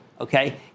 Okay